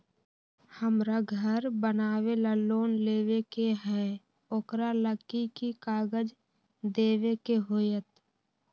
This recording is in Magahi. हमरा घर बनाबे ला लोन लेबे के है, ओकरा ला कि कि काग़ज देबे के होयत?